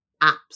apps